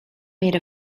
made